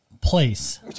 place